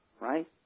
right